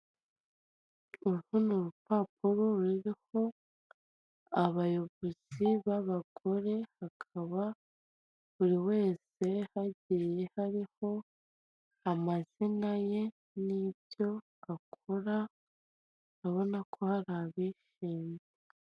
Uru ni urupapuro ruriho abayobozi b'abagore hakaba buri wese hagiye hariho amazina ye n'ibyo akora urabona ko hari abishimye.